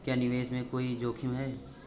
क्या निवेश में कोई जोखिम है?